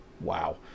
Wow